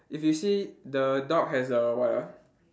if you see the dog has a what ah